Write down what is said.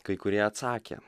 kai kurie atsakė